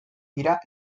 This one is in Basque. dira